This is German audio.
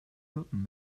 hirten